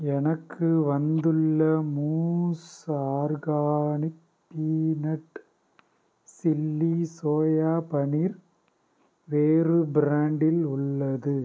எனக்கு வந்துள்ள மூஸ் organic peanut chilli soya paneer வேறு பிராண்டில் உள்ளது